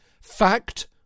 Fact